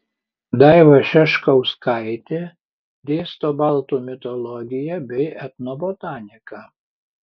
daiva šeškauskaitė dėsto baltų mitologiją bei etnobotaniką